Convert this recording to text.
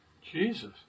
Jesus